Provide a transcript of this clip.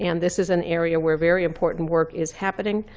and this is an area where very important work is happening.